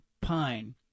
Pine